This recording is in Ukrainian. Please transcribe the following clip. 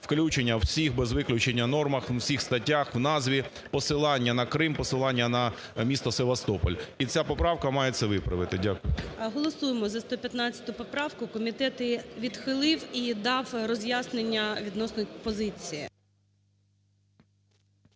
включенні всіх без виключення нормах, у всіх статтях, у назві посилання на Крим, посилання на місто Севастополь. І ця поправка має це виправити. Дякую. ГОЛОВУЮЧИЙ. Голосуємо за 115 поправку. Комітет її відхилив і дав роз'яснення відносно позиції.